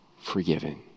forgiven